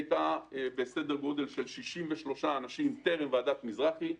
היא הייתה בסדר גודל של 63 אנשים טרם ועדת מזרחי,